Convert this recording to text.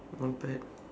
compared